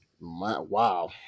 Wow